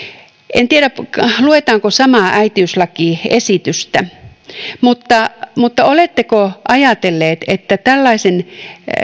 en tiedä luemmeko samaa äitiyslakiesitystä mutta mutta oletteko ajatelleet että tällaisen